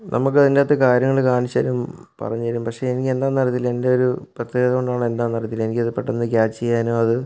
നമുക്കതിൻ്റകത്ത് കാര്യങ്ങൾ കാണിച്ചു തരും പറഞ്ഞുതരും പക്ഷെ എനിക്കെന്താന്ന് അറിയത്തില്ല എൻ്റെ ഒരു പ്രത്യേകത കൊണ്ടാണോ എന്താന്ന് അറിയത്തില്ല പെട്ടെന്ന് ക്യാച്ച് ചെയ്യാനോ അത്